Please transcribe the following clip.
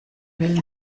will